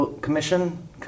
Commission